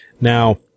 now